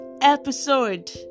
episode